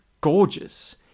gorgeous